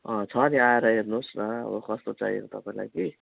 छ नि आएर हेर्नुहोस् न अब कस्तो चाहिएको तपाईँलाई कि